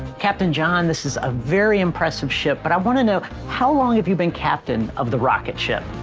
captain john, this is a very impressive ship, but i want to know, how long have you been captain of the rocketship?